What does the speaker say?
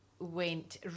went